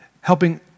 helping